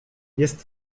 jest